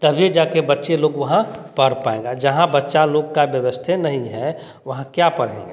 तभी जाके बच्चे लोगों वहाँ पढ़ पाएगा जहाँ बच्चा लोग का व्यवस्था नहीं है वहाँ क्या पढ़ेंगे